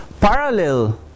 parallel